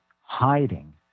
hiding